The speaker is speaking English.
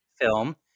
film